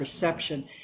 perception